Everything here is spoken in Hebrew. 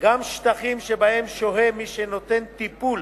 גם שטחים שבהם שוהה מי שנותן טיפול